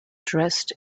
dressed